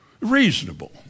Reasonable